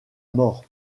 mort